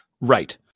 Right